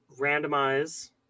randomize